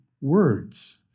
words